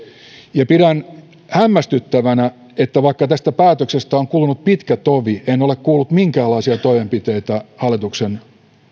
pidän hämmästyttävänä että vaikka tästä päätöksestä on kulunut pitkä tovi en ole kuullut minkäänlaisia toimenpiteitä hallituksen